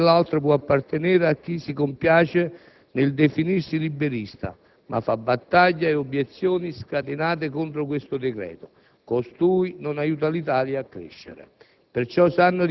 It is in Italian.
Né l'una, né l'altra può appartenere a chi si compiace nel definirsi liberista, ma fa battaglie e obiezioni scatenate contro questo decreto-legge: costui non aiuta l'Italia a crescere.